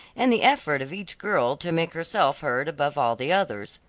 and the effort of each girl to make herself heard above all the others.